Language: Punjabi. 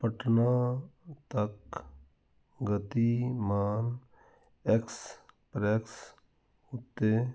ਪਟਨਾ ਤੱਕ ਗਤੀਮਾਨ ਐਕਸਪ੍ਰੈੱਸ 'ਤੇ